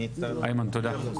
איימן, תודה.